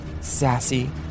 sassy